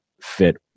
fit